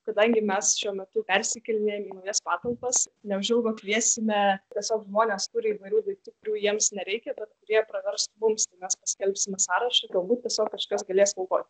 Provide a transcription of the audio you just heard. kadangi mes šiuo metu persikėlinėjam į naujas patalpas neužilgo kviesime tiesiog žmonės turi įvairių daiktų kurių jiems nereikia bet kurie praverstų mums tai mes paskelbsime sąrašą galbūt tiesiog kažkas galės paaukoti